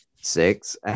six